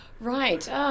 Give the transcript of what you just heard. Right